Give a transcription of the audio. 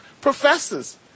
professors